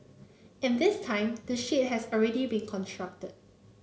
and this time the shade has already been constructed